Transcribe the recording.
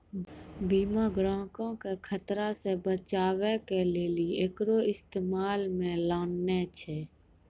बीमा ग्राहको के खतरा से बचाबै के लेली एकरो इस्तेमाल मे लानै छै